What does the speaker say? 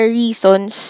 reasons